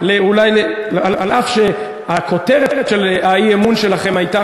אף שהכותרת של האי-אמון שלכם הייתה,